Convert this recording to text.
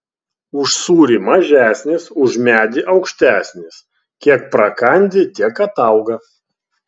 už sūrį mažesnis už medį aukštesnis kiek prakandi tiek atauga